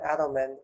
Adelman